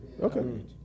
Okay